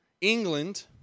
England